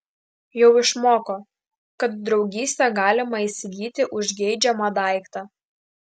jau išmoko kad draugystę galima įsigyti už geidžiamą daiktą